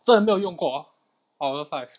真的没有用过啊 orh love life